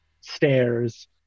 stairs